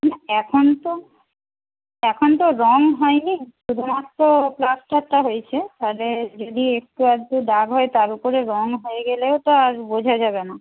এখন তো এখন তো রঙ হয়নি শুধুমাত্র প্লাস্টারটা হয়েছে ফলে যদি একটু আদটু দাগ হয় তার উপরে রঙ হয়ে গেলেও তো আর বোঝা যাবে না